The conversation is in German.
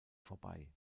vorbei